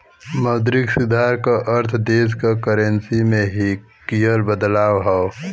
मौद्रिक सुधार क अर्थ देश क करेंसी में किहल बदलाव हौ